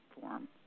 form